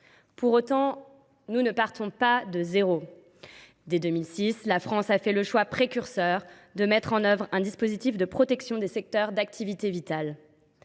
Pour autant, nous ne partons pas de zéro. Dès 2006, la France a fait le choix précurseur de mettre en œuvre un dispositif de protection des secteurs d’activité